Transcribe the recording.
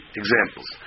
examples